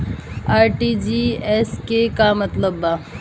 RTGS के का मतलब होला?